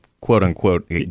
quote-unquote